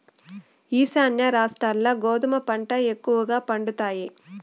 ఈశాన్య రాష్ట్రాల్ల గోధుమ పంట ఎక్కువగా పండుతాయి